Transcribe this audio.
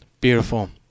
Beautiful